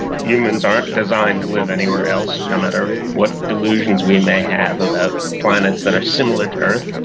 humans aren't designed to live anywhere else, no matter what delusions we may have about planets that are similar to earth.